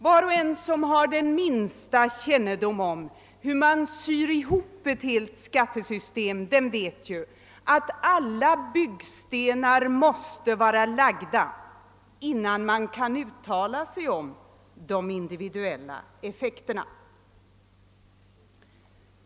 Var och en som har den minsta kännedom om hur man bygger upp ett helt skattesystem vet att alla byggstenar måste vara lagda, innan man kan uttala sig om de individuella effekterna.